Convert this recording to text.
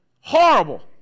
Horrible